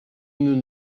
nous